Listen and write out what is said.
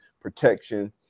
protection